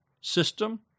system